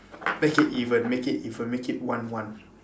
make it even make it even make it one one